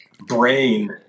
brain